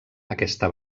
aquesta